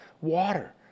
water